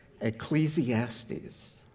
Ecclesiastes